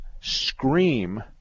scream